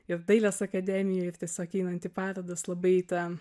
jau dailės akademijoj ir tiesiog einant į parodas labai ta